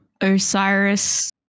osiris